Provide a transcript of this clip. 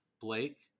Blake